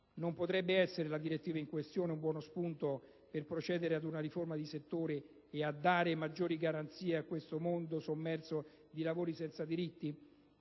Non potrebbe essere, la direttiva in questione, un buono spunto per procedere ad una riforma del settore e per dare maggiori garanzie a questo mondo sommerso di lavoro senza diritti?